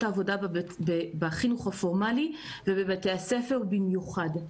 העבודה בחינוך הפורמלי ובבתי הספר במיוחד.